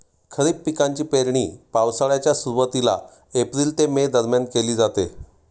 खरीप पिकांची पेरणी पावसाळ्याच्या सुरुवातीला एप्रिल ते मे दरम्यान केली जाते